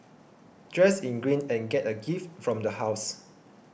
dress in green and get a gift from the house